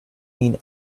mean